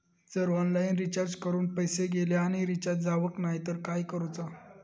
जर online recharge करून पैसे गेले आणि रिचार्ज जावक नाय तर काय करूचा?